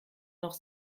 noch